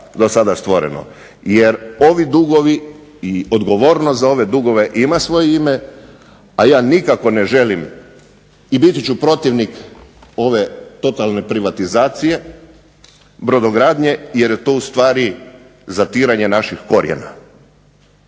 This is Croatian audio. do sada stvoreno. Jer ovi dugovi i odgovornost za ove dugove ima svoje ime, a ja nikako ne želim i biti ću protivnik ove totalne privatizacije brodogradnje, jer je to ustvari zatiranje naših korijena,